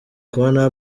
kubona